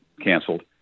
canceled